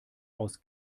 aus